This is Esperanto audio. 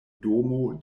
domo